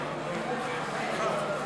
קבוצת סיעת העבודה, קבוצת סיעת מרצ,